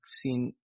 seen